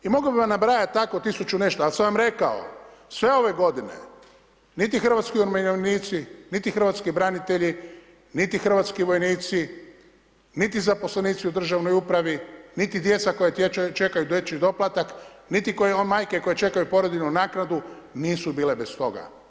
I mogao bi vam nabrajati tako tisuću i nešto, ali sam vam rekao, sve ove godine, niti hrvatski umirovljenici, niti hrvatski branitelji, niti hrvatski vojnici, niti zaposlenici u državnoj upravi, niti djeca koja čekaju dječji doplatak, niti majke koje čekaju porodiljnu naknadu nisu bile bez toga.